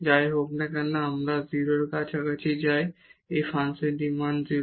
যাই হোক না কেন আমরা 0 এর কাছাকাছি যাই এই ফাংশনের মান 0